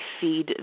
feed